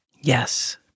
Yes